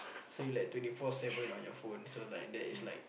so you like twenty four seven on your phone so like that is like